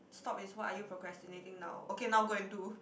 stop is what are you are procrastinating now okay now go and do